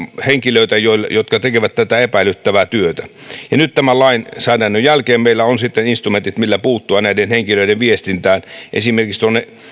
henkilöitä jotka tekevät tätä epäilyttävää työtä nyt tämän lainsäädännön jälkeen meillä on sitten instrumentit millä puuttua näiden henkilöiden viestintään esimerkiksi